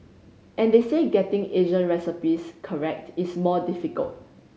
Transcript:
and they say getting Asian recipes correct is more difficult